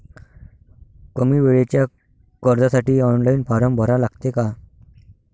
कमी वेळेच्या कर्जासाठी ऑनलाईन फारम भरा लागते का?